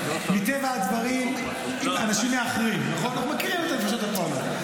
מטבע הדברים אנשים מאחרים, נכון?